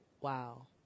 Wow